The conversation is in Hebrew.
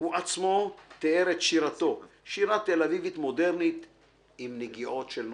הוא עצמו תיאר את שירתו: "שירה תל אביבית מודרנית עם נגיעות נוסטלגיה".